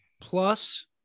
plus